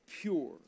pure